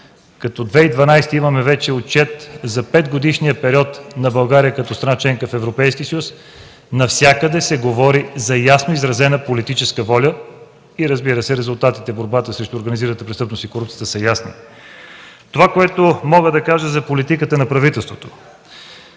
като в 2012 г. имаме вече отчет за петгодишния период на България като страна – членка в Европейския съюз, навсякъде се говори за ясно изразена политическа воля и, разбира се, резултатите в борбата срещу организираната престъпност и корупцията са ясни. Това което мога да кажа за политиката на правителството.